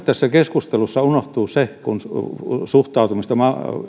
tässä keskustelussa unohtuu se kun suhtautumista